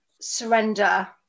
surrender